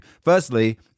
Firstly